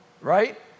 right